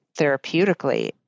therapeutically